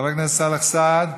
חבר הכנסת סאלח סעד,